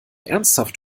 ernsthaft